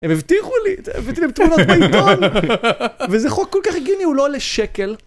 הם הבטיחו לי, הבאתי להם תמונות מהעיתון, וזה חוק כל כך הגיוני, הוא לא עולה שקל.